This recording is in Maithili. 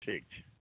ठीक छै